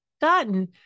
gotten